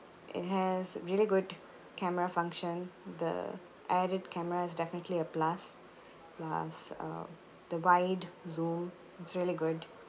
it has really good camera function the added camera is definitely a plus plus uh the wide zoom it's really good